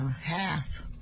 half